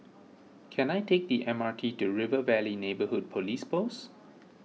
can I take the M R T to River Valley Neighbourhood Police Post